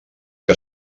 que